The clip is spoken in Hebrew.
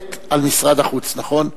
שואלת על משרד החוץ, נכון?